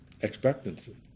Expectancy